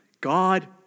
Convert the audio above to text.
God